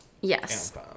yes